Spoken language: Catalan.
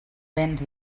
béns